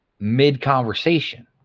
mid-conversation